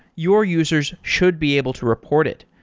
your users should be able to report it,